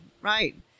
Right